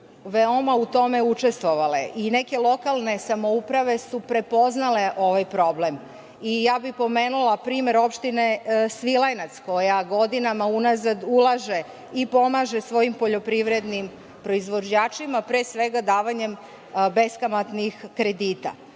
veoma su u tome učestvovale i neke lokalne samouprave su prepoznale ovaj problem. Pomenula bih primer opštine Svilajnac, koja godinama unazad ulaže i pomaže svojim poljoprivrednim proizvođačima pre svega davanjem beskamatnih kredita. Samo